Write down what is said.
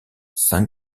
saint